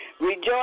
Rejoice